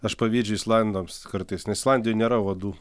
aš pavydžiu islandams kartais nes islandijoj nėra vadų